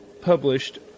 published